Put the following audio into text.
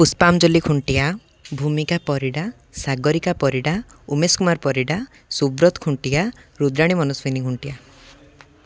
Pushpanjali Khuntia Bhumika Parida Sagarika Parida Umesh Kumar Parida Subrata Khuntia Rudrani Manaswini Khuntia